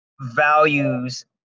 values